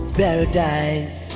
paradise